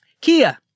Kia